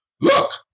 Look